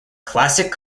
classic